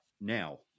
now